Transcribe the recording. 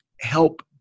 help